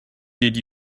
did